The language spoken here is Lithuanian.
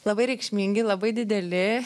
labai reikšmingi labai dideli